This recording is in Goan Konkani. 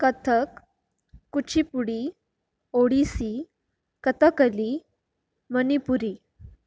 कथक कुचिपुडी ओडीसी कथकली मनीपुरी